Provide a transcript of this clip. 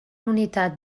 unitat